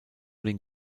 den